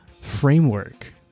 Framework